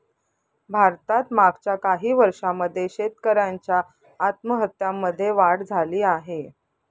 भारतात मागच्या काही वर्षांमध्ये शेतकऱ्यांच्या आत्महत्यांमध्ये वाढ झाली आहे